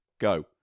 Go